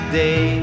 day